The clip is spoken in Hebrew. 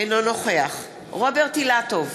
אינו נוכח רוברט אילטוב,